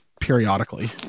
periodically